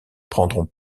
prendront